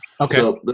Okay